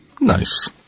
Nice